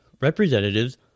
representatives